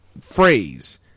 phrase